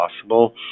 possible